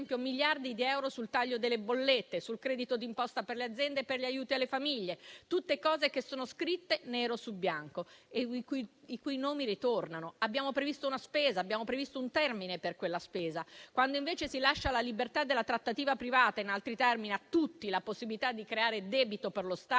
miliardi di euro sul taglio delle bollette, sul credito d'imposta per le aziende e per gli aiuti alle famiglie. Tutte cose che sono scritte nero su bianco, i cui nomi ritornano. Abbiamo previsto una spesa, abbiamo previsto un termine per quella spesa. Quando, invece, si lascia la libertà della trattativa privata, in altri termini si lascia a tutti la possibilità di creare debito per lo Stato